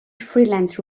freelance